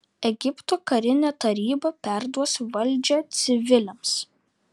egipto karinė taryba perduos valdžią civiliams